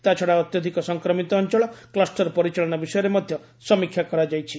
ତା'ଛଡା ଅତ୍ୟଧିକ ସଂକ୍ରମିତ ଅଞ୍ଚଳ କ୍ଲୁଷ୍ଟର ପରିଚାଳନା ବିଷୟରେ ମଧ୍ୟ ସମୀକ୍ଷା କରାଯାଇଛି